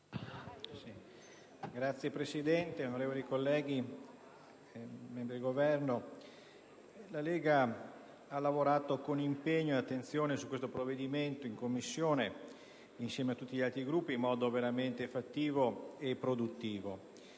Signora Presidente, onorevoli colleghi, membri del Governo, la Lega ha lavorato con impegno ed attenzione su questo provvedimento in Commissione insieme agli altri Gruppi in modo veramente fattivo e produttivo.